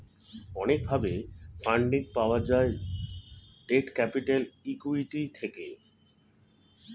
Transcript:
অনেক ভাবে ফান্ডিং পাওয়া যায় ডেট ক্যাপিটাল, ইক্যুইটি থেকে